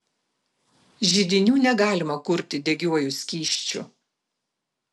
židinių negalima kurti degiuoju skysčiu